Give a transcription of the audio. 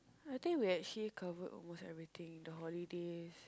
I think we actually covered almost everything in the holidays